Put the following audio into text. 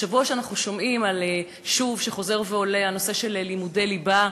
בשבוע שאנחנו שומעים שוב שחוזר ועולה הנושא של לימודי ליבה,